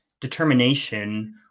determination